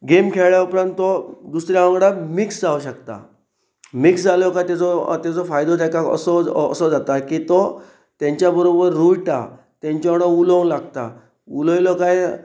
game खेळ्ळ उपरांत तो दुसऱ्या वांगडा मिक्स जावं शकता मिक्स जालो काय तेजो तेजो फायदो ते असो असो जाता की तो तेंच्या बरोबर रोयटा तेंच्या वांगडा उलोवंक लागता उलयलो काय